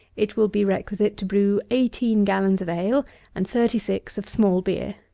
it will be requisite to brew eighteen gallons of ale and thirty-six of small beer,